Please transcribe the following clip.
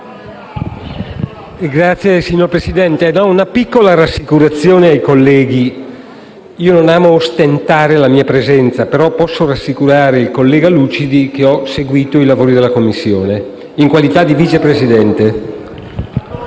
Signor Presidente, do una piccola rassicurazione ai colleghi: io non amo ostentare la mia presenza, però posso rassicurare il collega Lucidi che ho seguito i lavori della Commissione in qualità di Vice Presidente.